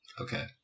Okay